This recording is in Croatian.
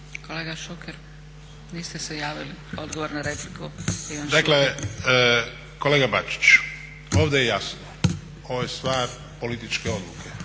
Kolega Šuker, niste se javili. Odgovor na repliku. **Šuker, Ivan (HDZ)** Dakle kolega Bačić, ovdje je jasno ovo je stvar političke odluke